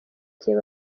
gihe